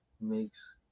makes